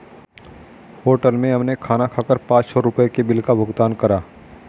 hotel में हमने खाना खाकर पाँच सौ रुपयों के बिल का भुगतान करा